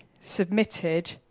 submitted